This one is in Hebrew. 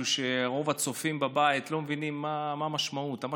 שרוב הצופים בבית לא מבינים מה המשמעות שלו.